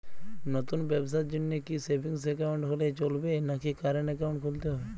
নতুন ব্যবসার জন্যে কি সেভিংস একাউন্ট হলে চলবে নাকি কারেন্ট একাউন্ট খুলতে হবে?